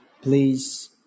Please